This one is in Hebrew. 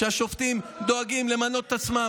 שהשופטים דואגים למנות את עצמם,